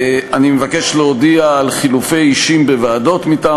אני מבקש להודיע על חילופי אישים בוועדות מטעם